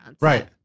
Right